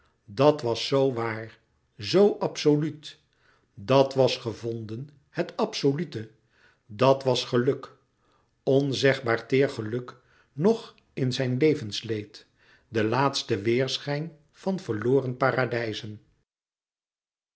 dat was zoo waar zoo absoluut dat was gevonden het absolute dat was geluk onzegbaar teêr geluk nog in zijn levensleed de laatste weêrschijn van verloren paradijzen